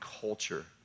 culture